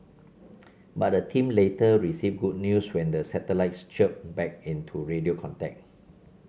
but the team later received good news when the satellites chirped back into radio contact